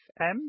fm